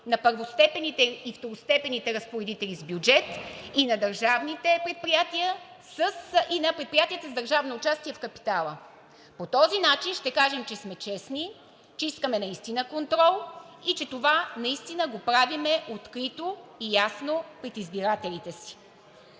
на първостепенните и второстепенните разпоредители с бюджет на държавните предприятия и на предприятия с държавно участие в капитала. По този начин ще кажем, че сме честни, че искаме наистина контрол и че това наистина го правим открито и ясно пред избирателите си.